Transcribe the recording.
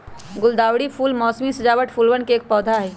गुलदावरी फूल मोसमी सजावट फूलवन के एक पौधा हई